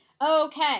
Okay